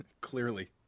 clearly